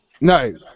No